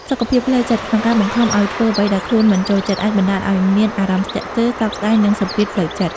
សុខភាពផ្លូវចិត្ត ក្នុងការបង្ខំឲ្យធ្វើអ្វីដែលខ្លួនមិនចូលចិត្ត អាចបណ្តាលឲ្យមានអារម្មណ៍ស្ទាក់ស្ទើរ សោកស្តាយ និងសំពាធផ្លូវចិត្ត។